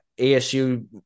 ASU